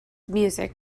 music